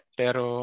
pero